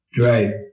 Right